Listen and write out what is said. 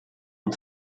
und